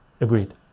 agreed